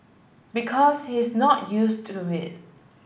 because he's not used to it